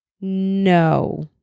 No